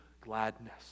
gladness